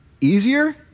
easier